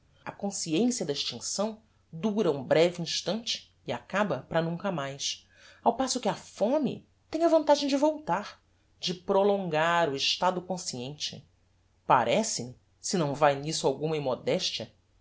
a consciencia da extincção dura um breve instante e acaba para nunca mais ao passo que a fome tem a vantagem de voltar de prolongar o estado consciente parece-me se